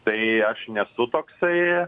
tai aš nesu toksai